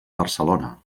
barcelona